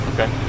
Okay